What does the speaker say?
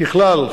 ככלל,